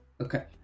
Okay